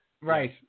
Right